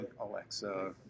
Alexa